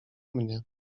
mnie